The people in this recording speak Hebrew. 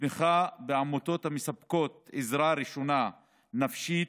תמיכה בעמותות המספקות עזרה ראשונה נפשית,